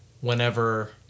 whenever